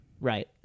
right